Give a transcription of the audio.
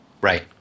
Right